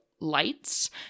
lights